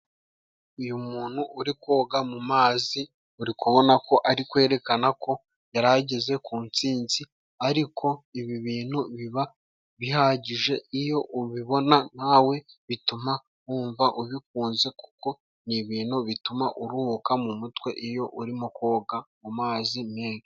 Uyu muntu uri koga mumazi, uri kubona ko ari kwerekana ko yari ageze ku ntsinzi, ariko ibi bintu biba bihagije iyo ubibona nawe bituma wumva ubikunze, kuko ni ibintu bituma uruhuka mu mutwe iyo urimo koga mu mumazi menshi.